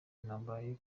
intambara